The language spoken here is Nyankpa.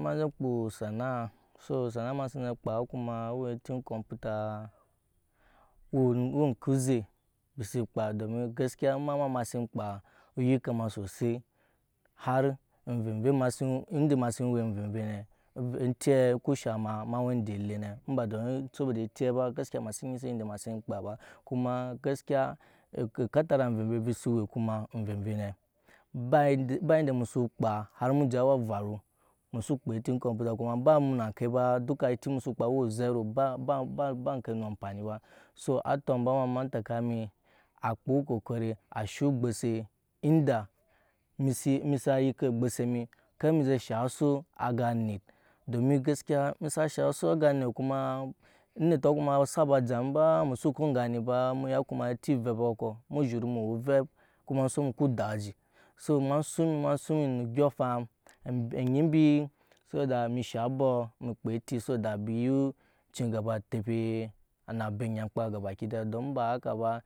emaje ekpan sanaa so sanaa ema sini kppaa kuma owe eti ekpmpua owe ŋke oze ambi si kpaa domin gaskiya ama ma ema sin kpaa eyika ema sosai hari imvevei ende ema sin owe anverei etiye ku shaŋ ema we nde ele ne emba domin sobo de etiye ba gaskiya ema sin nyise ende ema sin kpaa ba kuma ekatara nvevei kuma envevei ne ba ende musu kpaa har muje awa everu musu kpaa eeti komput kuma bamu naŋke kuma duka eti musu kpaa owe zero ba enke na ampani ba so atɔmbɔ ema ema enteka emi a kpaa okokori a shuu ogbose ende emi sa yike ogbose emi ker emi ze shaŋ asu aga anuit domin gaskiya emu sa han asu aga aniy kuma onitɔ sa ba jamu ba emusu k engaa ni ba emu ya kuma eti evep evep ko emu zhuru awe ovɛp kuma enɔɔk emu ku dak uji so ema suŋ emi ema suŋ emi na afaŋ onyi embi so da emi shaŋ abɔk embi kpaa eti na ya ocin gaba otepe naabe nyamkpa gabakida domin emba haka.